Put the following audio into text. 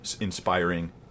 inspiring